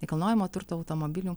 nekilnojamo turto automobilių